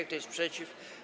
Kto jest przeciw?